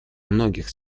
многих